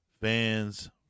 fans